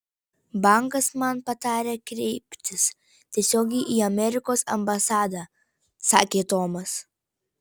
bankas man patarė kreiptis tiesiogiai į amerikos ambasadą sakė tomas